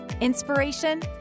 inspiration